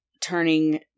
turning